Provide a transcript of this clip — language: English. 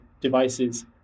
devices